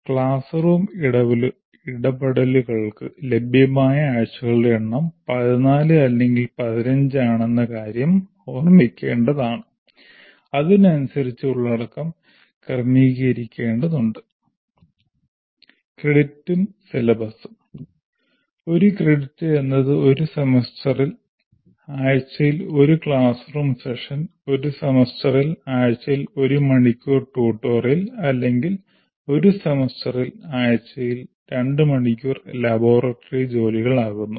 class room ഇടപെടലുകൾക്ക് ലഭ്യമായ ആഴ്ചകളുടെ എണ്ണം 14 അല്ലെങ്കിൽ 15 ആണെന്ന കാര്യം ഓർമ്മിക്കേണ്ടതാണ് അതിനനുസരിച്ച് ഉള്ളടക്കം ക്രമീകരിക്കേണ്ടതുണ്ട് ക്രെഡിറ്റും സിലബസും ഒരു ക്രെഡിറ്റ് എന്നത് ഒരു സെമസ്റ്ററിൽ ആഴ്ചയിൽ ഒരു ക്ലാസ് റൂം സെഷൻ ഒരു സെമസ്റ്ററിൽ ആഴ്ചയിൽ ഒരു മണിക്കൂർ ട്യൂട്ടോറിയൽ അല്ലെങ്കിൽ ഒരു സെമസ്റ്ററിൽ ആഴ്ചയിൽ രണ്ട് മണിക്കൂർ ലബോറട്ടറി ജോലികൾ ആകുന്നു